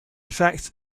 fact